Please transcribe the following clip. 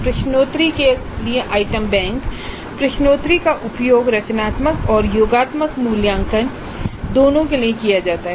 प्रश्नोत्तरी के लिए आइटम बैंक प्रश्नोत्तरी का उपयोग रचनात्मक और योगात्मक मूल्यांकन दोनों के लिए किया जाता है